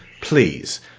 Please